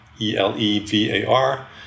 e-l-e-v-a-r